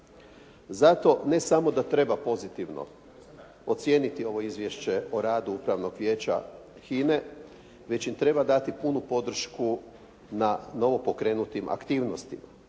Zato ne samo da treba pozitivno ocijeniti ovo Izvješće o radu Upravnog vijeća HINA-e već im treba dati punu podršku na novopokrenutim aktivnostima